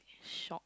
shock